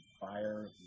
fire